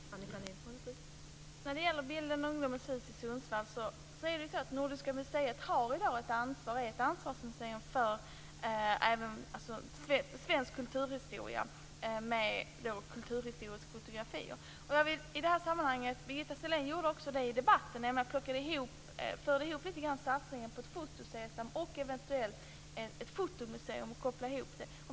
Fru talman! När det gäller Bildens och ungdomens hus i Sundsvall är det så att Nordiska museet i dag är ett ansvarsmuseum för svensk kulturhistoria med kulturhistoriska fotografier. Jag vill i det sammanhanget göra det som Birgitta Sellén också gjorde i debatten. Hon förde lite grann ihop satsningen på ett foto-SESAM och ett eventuellt fotomuseum. Hon kopplade ihop det.